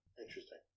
Interesting